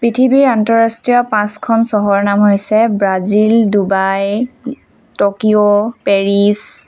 পৃথিৱীৰ আন্তঃৰাষ্ট্ৰীয় পাঁচখন চহৰৰ নাম হৈছে ব্ৰাজিল ডুবাই টকিঅ' পেৰিছ